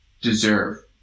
deserve